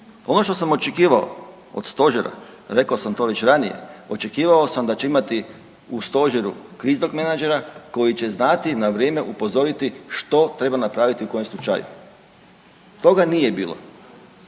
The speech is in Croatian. ono što sam očekivao od stožera, rekao sam to već ranije, očekivao sam da će imati u stožeru kriznog menadžera koji će znati na vrijeme upozoriti što treba napraviti u kojem slučaju. Toga nije bilo,